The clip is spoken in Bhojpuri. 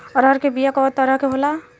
अरहर के बिया कौ तरह के होला?